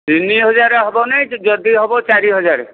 ତିନି ହଜାର ହେବ ନାଇଁ ଯଦି ହେବ ଚାରି ହଜାର